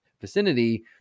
vicinity